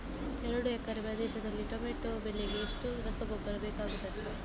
ಎರಡು ಎಕರೆ ಪ್ರದೇಶದಲ್ಲಿ ಟೊಮ್ಯಾಟೊ ಬೆಳೆಗೆ ಎಷ್ಟು ರಸಗೊಬ್ಬರ ಬೇಕಾಗುತ್ತದೆ?